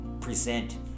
present